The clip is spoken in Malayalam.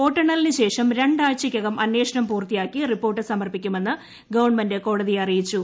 വോട്ടെണ്ണലിനു ശേഷം രണ്ടാഴ്ചയ്ക്കകം അന്വേഷണം പൂർത്തിയാക്കി റിപ്പോർട്ട് സമർപ്പിക്കുമെന്ന് ഗവൺമെന്റ് കോടതിയെ അറിയിച്ചു